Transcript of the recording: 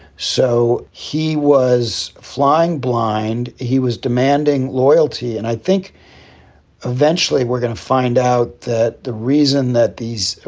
so he was flying blind. he was demanding loyalty. and i think eventually we're gonna find out that the reason that these.